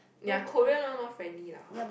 ya Korean one more friendly lah lor